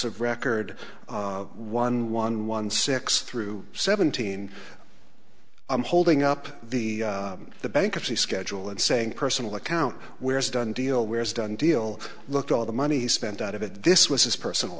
of record one one one six through seventeen i'm holding up the the bankruptcy schedule and saying personal account where it's done deal where is done deal look at all the money spent out of it this was his personal